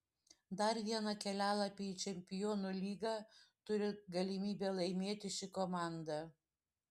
dar vieną kelialapį į čempionų lygą turi galimybę laimėti ši komanda